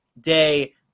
day